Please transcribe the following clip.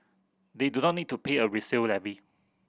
they do not need to pay a resale levy